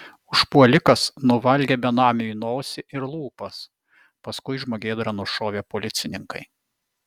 užpuolikas nuvalgė benamiui nosį ir lūpas paskui žmogėdrą nušovė policininkai